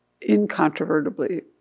incontrovertibly